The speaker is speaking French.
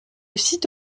site